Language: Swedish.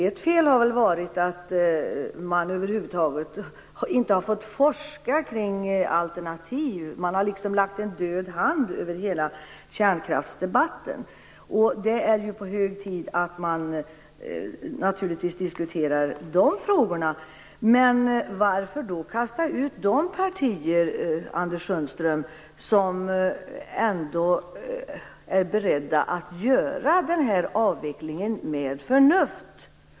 Ett fel har väl varit att man över huvud taget inte har fått forska kring alternativ. Man har liksom lagt en död hand över hela kärnkraftsdebatten. Det är naturligtvis hög tid att diskutera de frågorna, men varför då kasta ut de partier, Anders Sundström, som är beredda att göra den här avvecklingen med förnuft?